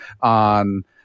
on